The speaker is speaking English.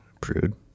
Prude